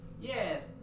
Yes